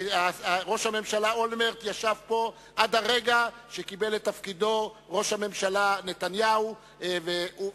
ראש הממשלה אולמרט ישב פה עד הרגע שראש הממשלה נתניהו קיבל את תפקידו,